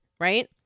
Right